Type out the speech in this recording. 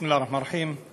בסם אללה א-רחמאן א-רחים,